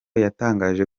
yatangaje